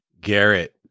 Garrett